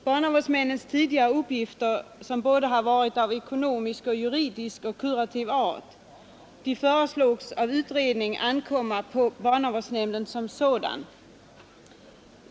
Barnavårdsmannens tidigare uppgifter, som har varit av både ekonomisk, juridisk och kurativ art, föreslogs av utredningen ankomma på barnavårdsnämnden som sådan.